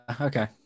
Okay